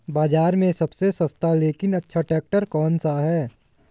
बाज़ार में सबसे सस्ता लेकिन अच्छा ट्रैक्टर कौनसा है?